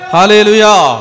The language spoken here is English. Hallelujah